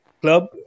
club